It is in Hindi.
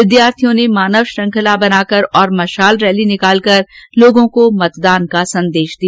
विद्यार्थियों ने मानव श्रृंखला बनाकर और मशाल रैली निकालकर लोगों को मतदान करने का संदेश दिया